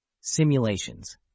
simulations